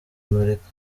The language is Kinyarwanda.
amerika